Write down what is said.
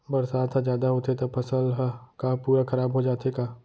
बरसात ह जादा होथे त फसल ह का पूरा खराब हो जाथे का?